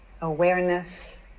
awareness